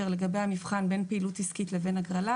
לגבי המבחן בין פעילות עסקית לבין הגרלה.